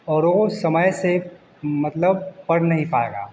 और वो समय से मतलब पढ़ नहीं पाएगा